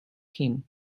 him